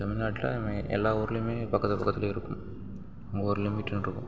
தமிழ் நாட்டில் மே எல்லா ஊரிலயுமே பக்கத்து பக்கத்தில் இருக்கும் ஒவ்வொரு லிமிட்டுனு இருக்கும்